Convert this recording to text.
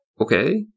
Okay